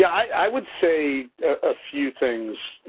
i would say a few things,